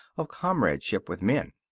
of comradeship with men.